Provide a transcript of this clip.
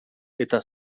eta